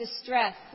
distress